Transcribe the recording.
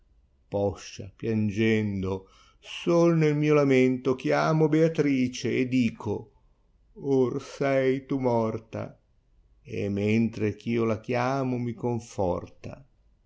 poscia piangendo sol nel mio lamento chiamo beatrice e dico or sei ta morta e mentre eh io la chiamo mi conforta